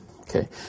Okay